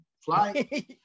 Fly